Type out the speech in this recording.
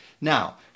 now